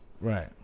Right